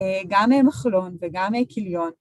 גם מחלון וגם כיליון.